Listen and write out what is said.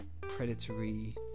predatory